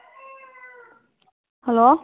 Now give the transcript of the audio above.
hello